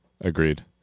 Agreed